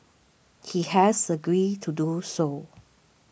he has agreed to do so